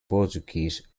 portuguese